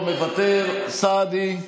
מוותר, סעדי,